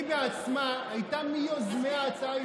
היא בעצמה הייתה מיוזמי ההצעה,